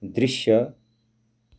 दृश्य